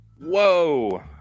whoa